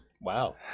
Wow